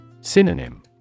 Synonym